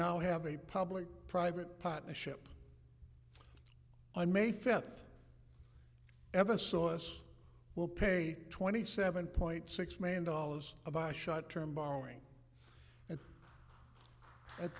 now have a public private partnership and may fifth ever saw us will pay twenty seven point six million dollars of eyeshot term borrowing